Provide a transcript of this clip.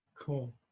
Cool